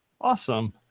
Awesome